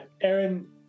Aaron